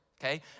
okay